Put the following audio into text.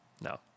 No